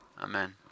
Amen